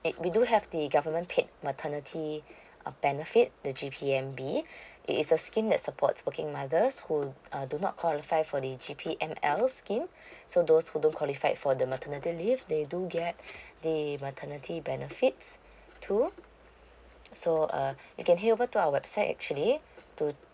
we do have the government paid maternity benefit the G_P_M_B it is a scheme that supports working mothers who uh do not qualify for the G_P_M_L scheme so those who don't qualified for the maternity leave they do get the maternity benefits too so uh you can head over to our website actually to